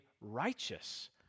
righteous